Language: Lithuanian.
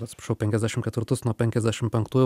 atsiprašau penkiasdešimt ketvirtus nuo penkiasdešimt penktųjų